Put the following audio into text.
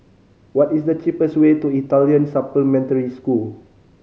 what is the cheapest way to Italian Supplementary School